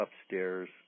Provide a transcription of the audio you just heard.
upstairs